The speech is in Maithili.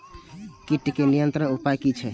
कीटके नियंत्रण उपाय कि छै?